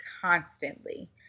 constantly